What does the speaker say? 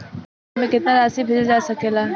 एक बार में केतना राशि भेजल जा सकेला?